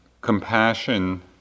compassion